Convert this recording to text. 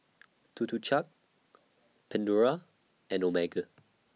Tuk Tuk Cha Pandora and Omega